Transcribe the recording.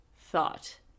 thought